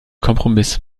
kompromiss